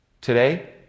Today